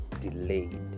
delayed